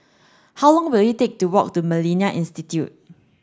how long will it take to walk to Millennia Institute